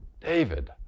David